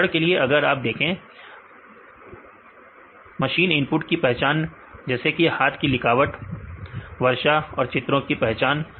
उदाहरण के लिए अगर आप देखें कटिंग मशीन इनपुट की पहचान जैसे हाथ की लिखावट हर्षा और चित्रों की पहचान